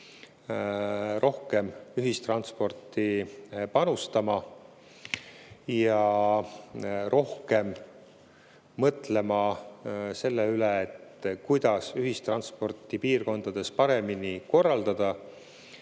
rohkem ühistransporti panustama ja rohkem mõtlema selle peale, kuidas ühistransporti piirkondades paremini,